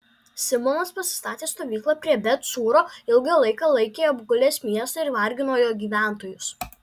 simonas pasistatė stovyklą prie bet cūro ilgą laiką laikė apgulęs miestą ir vargino jo gyventojus